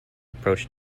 approach